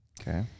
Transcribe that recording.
Okay